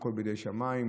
הכול בידי שמיים,